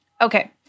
Okay